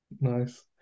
Nice